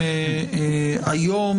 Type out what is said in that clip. שמתקיים היום.